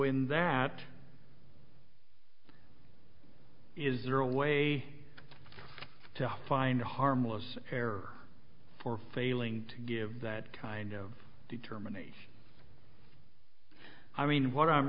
in that is there a way to find harmless error for failing to give that kind of determination i mean what i'm